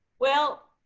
well,